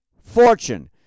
Fortune